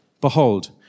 Behold